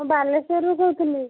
ମୁଁ ବାଲେଶ୍ବରରୁ କହୁଥିଲି